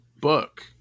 book